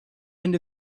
end